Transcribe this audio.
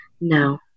no